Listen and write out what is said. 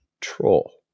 Troll